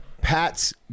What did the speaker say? Pat's